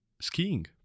skiing